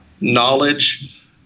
knowledge